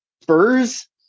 Spurs